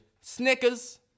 Snickers